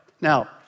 Now